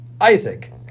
Isaac